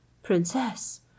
princess